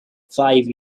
five